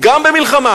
גם במלחמה.